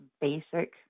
basic